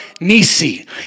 Nisi